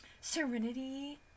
Serenity